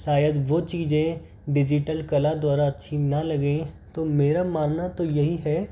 शायद वो चीज़ें डिजिटल कला द्वारा अच्छी न लगे तो मेरा मानना तो यही है की